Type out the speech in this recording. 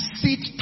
sit